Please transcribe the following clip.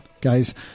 guys